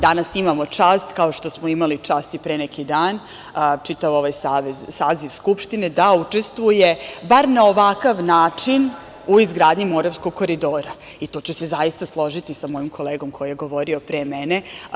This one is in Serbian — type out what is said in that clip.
Danas imamo čast, kao što smo imali čast i pre neki dan, čitav ovaj saziv Skupštine, da učestvujemo bar na ovakav način u izgradnji Moravskog koridora i tu ću se zaista složiti sa mojim kolegom koji je govorio pre mene.